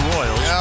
Royals